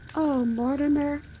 oh, mortimer.